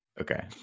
Okay